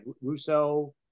Russo